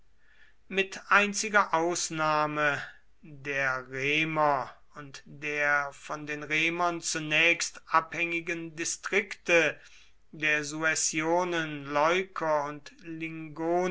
mit einziger ausnahme der reiner und der von den remern zunächst abhängigen distrikte der suessionen leuker und